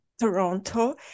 Toronto